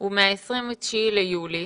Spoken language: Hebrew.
הוא מה-29 ביולי,